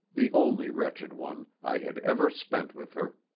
the only wretched one, i had ever spent with her.